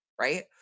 Right